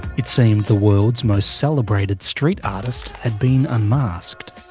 it seemed the world's most celebrated street artist had been unmasked.